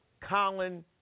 Colin